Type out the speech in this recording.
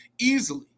easily